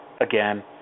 again